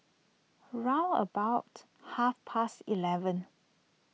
round about half past eleven